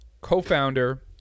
co-founder